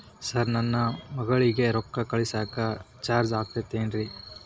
Sir ನನ್ನ ಮಗಳಗಿ ರೊಕ್ಕ ಕಳಿಸಾಕ್ ಚಾರ್ಜ್ ಆಗತೈತೇನ್ರಿ?